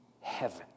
heaven